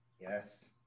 Yes